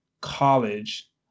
college